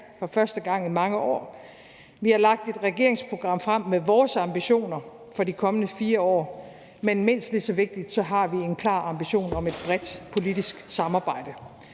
for første gang i mange år, og vi har lagt et regeringsprogram frem med vores ambitioner for de kommende 4 år, men mindst lige så vigtigt er det, at vi har en klar ambition om et bredt politisk samarbejde.